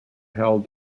held